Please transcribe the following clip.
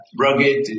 Rugged